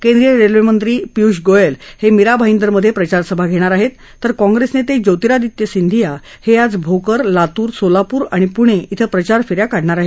केंद्रिय रेल्वेमंत्री पियुष गोयल हे मिराभाईदर मध्ये प्रचारसभा घेणार आहेत तर काँग्रेस नेते ज्योतिरादित्य सिंधीया हे आज भोकर लातूर सोलापूर आणि पूणे बें प्रचार फेन्या काढणार आहेत